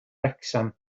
wrecsam